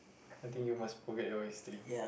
I think you must forget your history